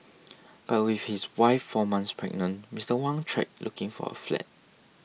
but with his wife four months pregnant Mister Wang tried looking for a flat